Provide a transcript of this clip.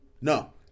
No